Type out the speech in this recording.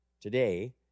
today